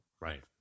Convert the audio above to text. Right